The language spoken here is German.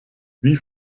wie